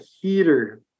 heater